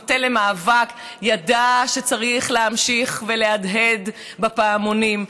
המטה למאבק ידע שצריך להמשיך ולהדהד בפעמונים,